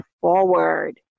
forward